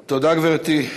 תודה, גברתי.